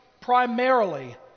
primarily